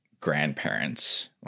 grandparents